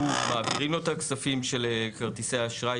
מעבירים לו את הכספים של כרטיס האשראי,